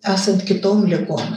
esant kitom ligom